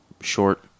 short